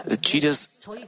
Jesus